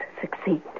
succeed